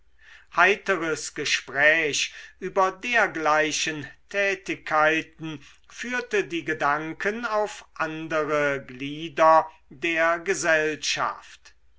heiteres gespräch über dergleichen tätigkeiten führte die gedanken auf andere glieder der gesellschaft